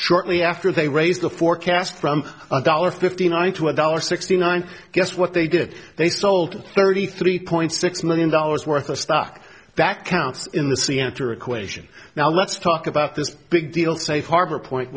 shortly after they raised the forecast from a dollar fifty nine to a dollar sixty nine guess what they did they sold thirty three point six million dollars worth of stock that counts in the sea and her equation now let's talk about this big deal safe harbor point